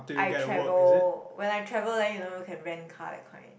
I travel when I travel then you don't know can rent car that kind